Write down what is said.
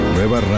Nueva